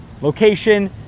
location